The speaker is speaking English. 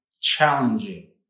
challenging